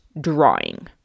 drawing